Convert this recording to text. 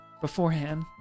beforehand